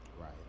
Right